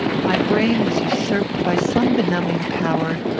my brain was usurped by some benumbing power,